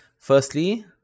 Firstly